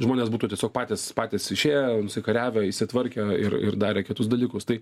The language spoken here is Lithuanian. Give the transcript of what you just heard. žmonės būtų tiesiog patys patys išėję nusikariavę įsitvarkę ir ir darę kitus dalykus tai